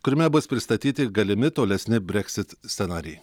kuriame bus pristatyti galimi tolesni breksit scenarijai